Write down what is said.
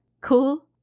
Cool